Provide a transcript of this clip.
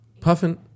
Puffin